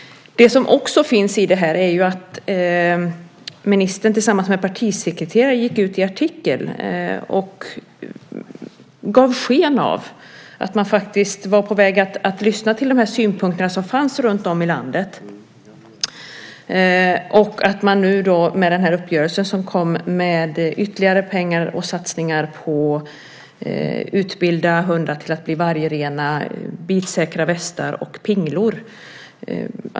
Det som också finns i det här är att ministern tillsammans med partisekreteraren gick ut i en artikel och gav sken av att man faktiskt var på väg att lyssna på de synpunkter som fanns runtom i landet i och med den uppgörelse som kom om att ytterligare pengar ska satsas på att utbilda hundar till att bli vargrena, på bitsäkra västar och på pinglor.